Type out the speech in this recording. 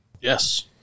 Yes